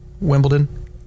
Wimbledon